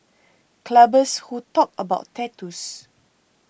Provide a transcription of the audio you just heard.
clubbers who talk about tattoos